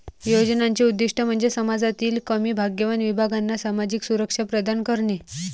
योजनांचे उद्दीष्ट म्हणजे समाजातील कमी भाग्यवान विभागांना सामाजिक सुरक्षा प्रदान करणे